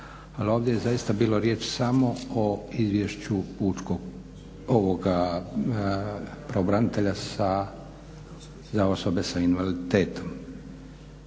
ali ovdje je zaista bilo riječ samo o izvješću pučkog, ovoga pravobranitelja za osobe sa invaliditetom.